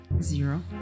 zero